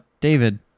David